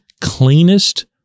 cleanest